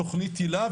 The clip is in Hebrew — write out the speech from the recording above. תכנית הילה,